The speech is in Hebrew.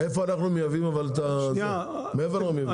איפה אנחנו מייבאים מאיפה אנחנו מייבאים?